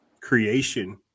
creation